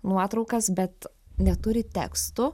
nuotraukas bet neturi tekstų